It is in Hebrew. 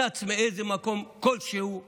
שצץ מאיזה מקום כלשהו כמלאך,